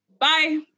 Bye